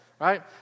right